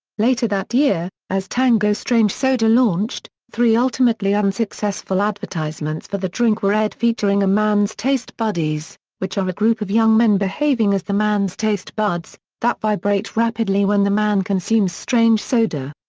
later that year, as tango strange soda launched, three ultimately unsuccessful advertisements for the drink were aired featuring a man's taste buddies, which are a group of young men behaving as the man's taste buds, that vibrate rapidly when the man consumes strange soda.